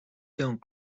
don‘t